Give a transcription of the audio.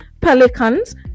Pelicans